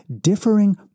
differing